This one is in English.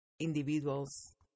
individuals